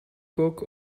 cock